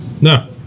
No